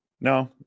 no